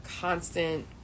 constant